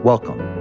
Welcome